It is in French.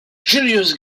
julius